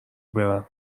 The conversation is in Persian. برم